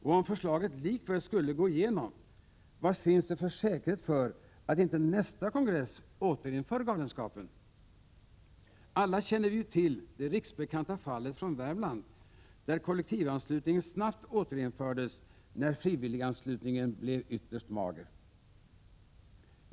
Om förslaget likväl skulle gå igenom, vad finns för säkerhet för att inte nästa kongress återinför galenskapen? Alla känner vi ju till det riksbekanta fallet i Värmland, där kollektivanslutningen snabbt återinfördes, då frivilliganslutningen blev ytterst mager.